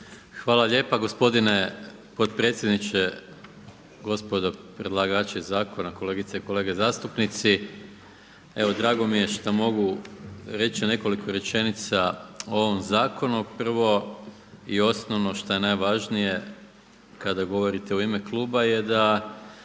Hvala lijepa gospodine potpredsjedniče, gospodo predlagači zakona, kolegice i kolege zastupnici. Evo drago mi je šta mogu reći nekoliko rečenica o ovom zakonu. Prvo i osnovno što je najvažnije kada govorite u ime kluba je da